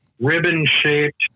ribbon-shaped